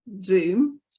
zoom